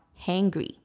hangry